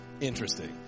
interesting